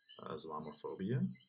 Islamophobia